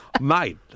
mate